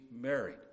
married